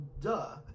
duh